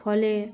ফলে